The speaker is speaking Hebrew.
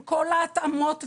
עם כל ההתאמות וההנגשות,